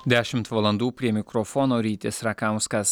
dešimt valandų prie mikrofono rytis rakauskas